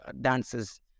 dances